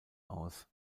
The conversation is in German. aus